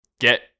Get